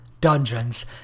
dungeons